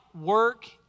work